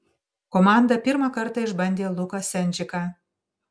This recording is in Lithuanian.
komanda pirmą kartą išbandė luką sendžiką